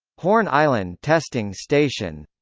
horn island testing station